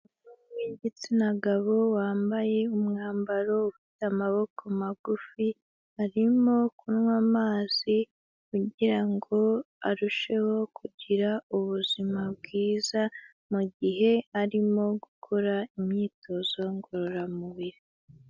Igitsina gabo wambaye umwambaro ufite amaboko magufi, arimo kunywa amazi kugirango arusheho kugira ubuzima bwiza, mugihe arimo gukora imyitozo ngororamubiri.